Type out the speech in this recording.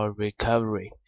recovery 。